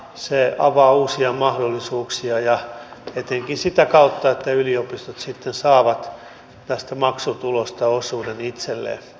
se avaa uusia mahdollisuuksia etenkin sitä kautta että yliopistot sitten saavat tästä maksutulosta osuuden itselleen